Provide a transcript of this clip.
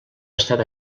estat